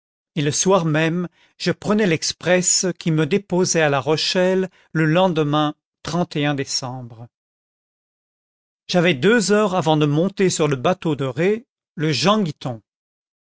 et le soir même je prenais l'express qui me déposait à la rochelle le lendemain décembre j'avais deux heures avant de monter sur le bateau de ré le jean guiton